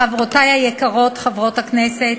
חברותי היקרות, חברות הכנסת,